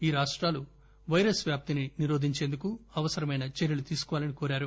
ఈ రాష్టాలు పైరస్ వ్యాప్తిని నిరోధించేందుకు అవసరమైన చర్యలు తీసుకోవాలని కోరారు